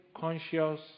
conscious